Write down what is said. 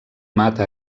mata